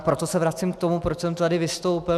Proto se vracím k tomu, proč jsem tady vystoupil.